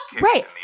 Right